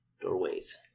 doorways